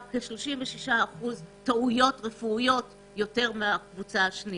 כ-36% טעויות רפואיות יותר מהקבוצה השנייה.